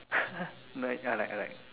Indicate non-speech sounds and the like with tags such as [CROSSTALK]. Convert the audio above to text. [LAUGHS] nice yeah I like I like